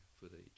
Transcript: footage